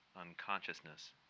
unconsciousness